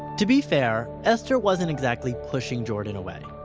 to be fair, esther wasn't exactly pushing jordan away.